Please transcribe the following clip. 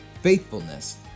faithfulness